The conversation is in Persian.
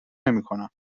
نمیکنم